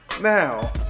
now